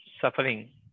suffering